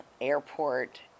airport